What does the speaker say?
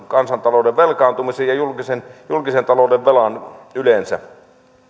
kansantalouden velkaantumisen ja julkisen julkisen talouden velan yleensä